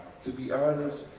to be honest,